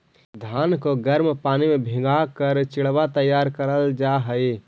धान को गर्म पानी में भीगा कर चिड़वा तैयार करल जा हई